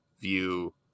view